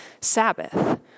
Sabbath